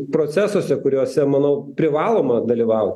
procesuose kuriuose manau privaloma dalyvau